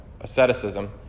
asceticism